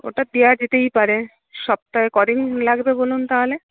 ওটা দেওয়া যেতেই পারে সপ্তাহে কদিন লাগবে বলুন তাহলে